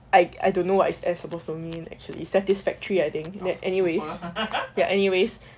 I I don't know what is S supposed to mean actually satisfactory I think that anyway then anyways